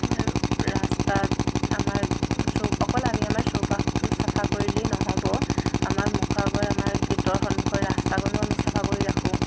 আৰু ৰাস্তাত আমাৰ চৌ অকল আমি আমাৰ চৌপাশটো চফা কৰিলেই নহ'ব আমাৰ মুখৰ আগত আমাৰ গে'টৰ সন্মুখৰ ৰাস্তাকণো আমি চফা কৰি ৰাখোঁ